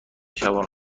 شبانه